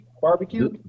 Barbecue